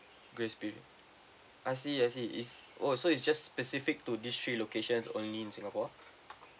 grace period I see I see is oh so is just specific to these three locations only in singapore